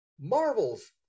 Marvel's